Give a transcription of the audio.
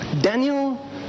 Daniel